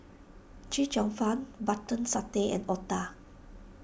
Chee Cheong Fun Button Satay and Otah